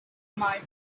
mart